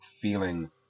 feeling